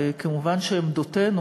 וכמובן שעמדותינו,